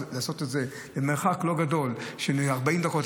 זה מרחק לא גדול של 40 דקות,